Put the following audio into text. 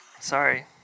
Sorry